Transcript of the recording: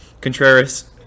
Contreras